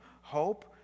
hope